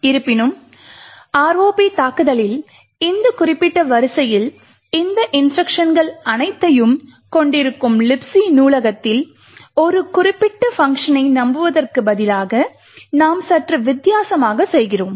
இருப்பினும் ROP தாக்குதலில் இந்த குறிப்பிட்ட வரிசையில் இந்த இன்ஸ்ட்ருக்ஷன்கள் அனைத்தையும் கொண்டிருக்கும் Libc நூலகத்தில் ஒரு குறிப்பிட்ட பங்க்ஷனை நம்புவதற்கு பதிலாக நாம் சற்று வித்தியாசமாக செய்கிறோம்